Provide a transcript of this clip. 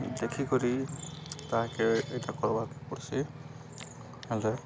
ଦେଖିକରି ତାହାକେ ଇ'ଟା କର୍ବାକେ ପଡ଼୍ସି ହେଲେ